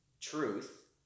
truth